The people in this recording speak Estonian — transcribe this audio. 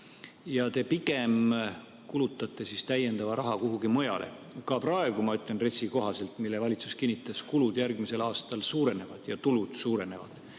Te pigem kulutate täiendava raha kuhugi mujale. Ka praegu ma ütlen, et RES‑i kohaselt, mille valitsus kinnitas, kulud järgmisel aastal suurenevad ja tulud suurenevad.